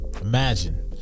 Imagine